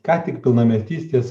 ką tik pilnametystės